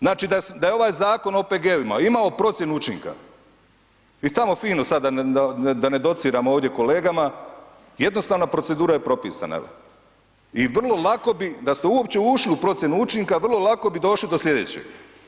Znači da je ovaj zakon o OPG-ovima imao procjenu učinka i tamo fino sada da ne dociram ovdje kolegama jednostavna procedura je propisana i vrlo lako bi da ste uopće ušli u procjenu učinka, vrlo lako bi došli do slijedećeg.